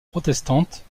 protestante